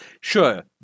Sure